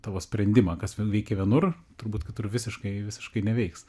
tavo sprendimą kas veikė vienur turbūt kitur visiškai visiškai neveiks